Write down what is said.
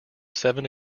seven